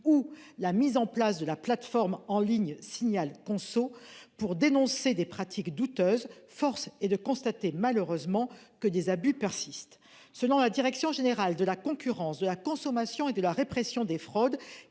ou la mise en place de la plateforme en ligne Signal conso pour dénoncer des pratiques douteuses. Force est de constater malheureusement que des abus persistent, selon la direction générale de la concurrence de la consommation et de la répression des fraudes